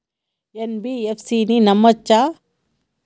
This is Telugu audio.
ఎన్.బి.ఎఫ్.సి ని నమ్మచ్చా?